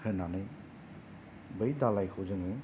होनानै बै दालायखौ जोङो